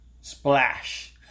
Splash